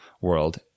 world